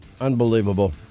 Unbelievable